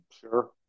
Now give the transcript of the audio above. Sure